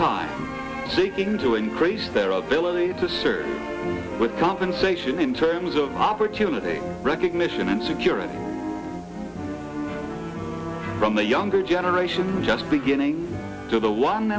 time seeking to increase their ability to serve with compensation in terms of opportunity recognition and security from the younger generation just beginning to the one